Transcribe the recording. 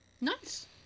Nice